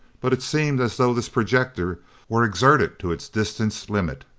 but it seemed as though this projector were exerted to its distance limit.